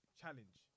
challenge